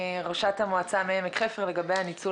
ראשת המועצה מעמק חפר לגבי הניצול